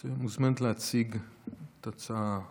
את מוזמנת להציג את ההצעה הזאת.